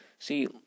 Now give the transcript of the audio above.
See